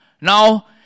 now